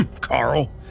Carl